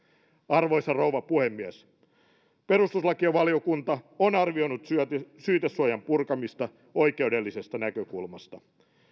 arvoisa rouva puhemies perustuslakivaliokunta on arvioinut syytesuojan purkamista oikeudellisesta näkökulmasta